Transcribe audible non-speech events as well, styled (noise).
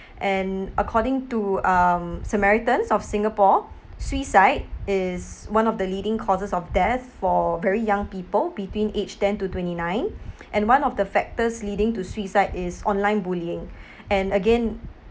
and according to um Samaritans of Singapore suicide is one of the leading causes of death for very young people between age ten to twenty nine (breath) and one of the factors leading to suicide is online bullying (breath) and again